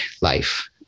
life